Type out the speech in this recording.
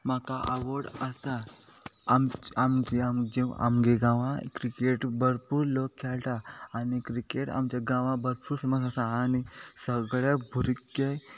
म्हाका आवड आसा आमची आमचे आमगे गांवांत क्रिकेट भरपूर लोक खेळटा आनी क्रिकेट आमच्या गांवांत भरपूर फेमस आसा आनी सगळे भुरगे